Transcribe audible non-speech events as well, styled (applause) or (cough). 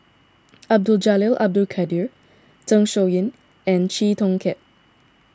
(noise) Abdul Jalil Abdul Kadir Zeng Shouyin and Chee Kong Tet